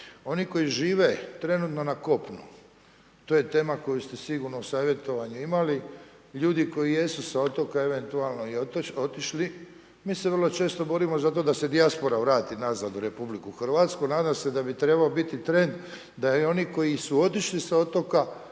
oni koji žive trenutno na kopnu, to je tema koju ste sigurno savjetovanje imali, ljudi koji jesu sa otoka eventualno i otišli, mi se vrlo često borimo za to da se dijaspora vrati nazad u RH, nadam se da bi trebao biti trend da i oni koji su otišli sa otoka